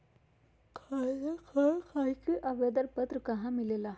खाता खोले खातीर आवेदन पत्र कहा मिलेला?